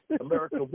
America